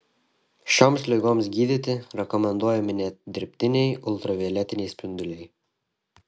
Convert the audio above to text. šioms ligoms gydyti rekomenduojami net dirbtiniai ultravioletiniai spinduliai